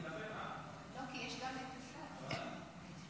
אבל יש אפרת רייטן לפני.